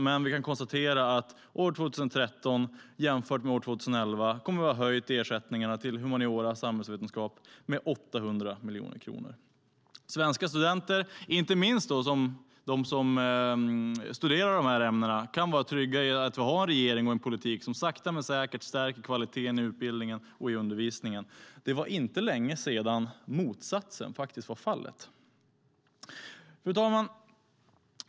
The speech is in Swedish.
Men vi kan konstatera att vi år 2013 jämfört med år 2011 kommer att ha höjt ersättningarna till humaniora och samhällsvetenskap med 800 miljoner. Svenska studenter, inte minst de som studerar dessa ämnen, kan vara trygga i att vi har en regering och en politik som sakta men säkert stärker kvaliteten i utbildningen och undervisningen. Det var inte länge sedan motsatsen var fallet. Fru talman!